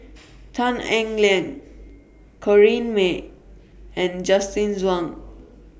Tan Eng Liang Corrinne May and Justin Zhuang